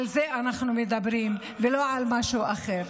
על זה אנחנו מדברים ולא על משהו אחר.